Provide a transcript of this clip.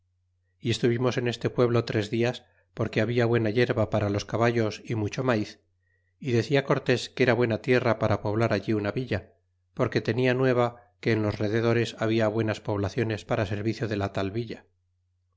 y estuvimos en este pueblo tres dias porque habla buena yerba para los caballos y mucho maiz y decía cortés que era buena tierra para poblar allí una villa porque tenia nueva que en los rededores habla buenas poblaciones para servicio de la tal villa